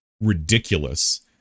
ridiculous